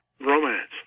romance